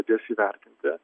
padės įvertinti